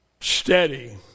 steady